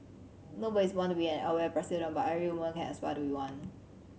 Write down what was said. nobody is born to be an Aware president but every woman can aspire to be one